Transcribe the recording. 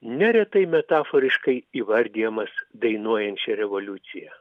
neretai metaforiškai įvardijamas dainuojančia revoliucija